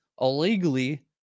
illegally